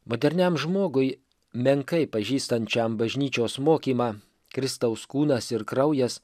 moderniam žmogui menkai pažįstančiam bažnyčios mokymą kristaus kūnas ir kraujas